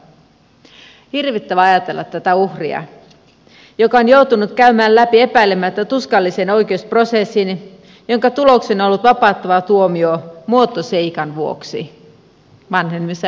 hirvittävää ajatella tätä uhria joka on joutunut käymään läpi epäilemättä tuskallisen oikeusprosessin jonka tuloksena on ollut vapauttava tuomio muotoseikan vuoksi vanhenemisajan vuoksi